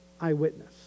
eyewitness